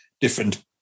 different